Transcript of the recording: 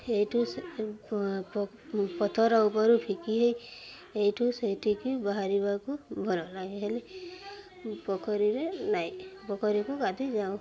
ଏଇଠୁ ପଥର ଉପରୁ ଫିକି ହେଇ ଏଇଠୁ ସେଇଠିକି ବାହାରିବାକୁ ଭଲଲାଗେ ହେଲେ ପୋଖରୀରେ ନାଇଁ ପୋଖରୀକୁ ଗାଧୋଇ ଯାଉ